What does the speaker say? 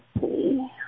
see